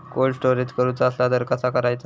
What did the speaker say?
Cold storage करूचा असला तर कसा करायचा?